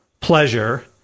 pleasure